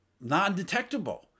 non-detectable